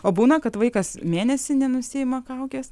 o būna kad vaikas mėnesį nenusiima kaukės